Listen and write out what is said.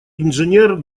инженер